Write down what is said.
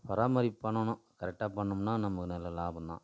பராமரிப்பு பண்ணணும் கரெக்டாக பண்ணிணோம்னா நமக்கு நல்ல லாபம் தான்